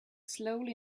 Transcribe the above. slowly